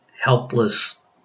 helpless